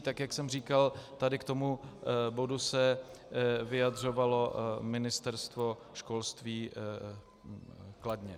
Tak jak jsem říkal, tady k tomu bodu se vyjadřovalo Ministerstvo školství kladně.